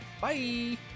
bye